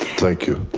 thank you.